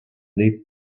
leafed